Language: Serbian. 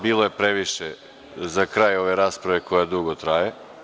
Bilo je previše za kraj ove rasprave, koja dugo traje.